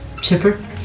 chipper